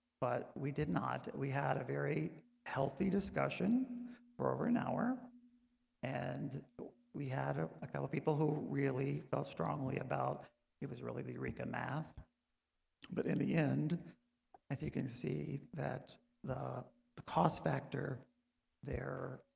but we did not we had a very healthy discussion for over an hour and we had a a couple people who really felt strongly about it was really the eureka math but in the end if you can see that the the cost factor there